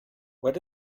where